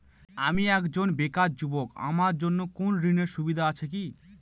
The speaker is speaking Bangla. আমি একজন বেকার যুবক আমার জন্য কোন ঋণের সুবিধা আছে কি?